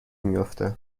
میافته